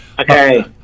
Okay